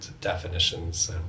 definitions